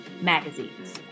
magazines